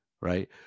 right